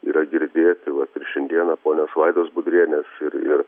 yra girdėti vat ir šiandieną ponios vaidos budrienės ir ir